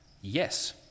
yes